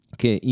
che